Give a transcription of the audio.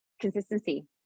consistency